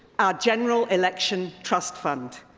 our general election trust fund.